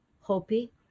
Hopi